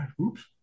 Oops